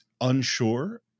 unsure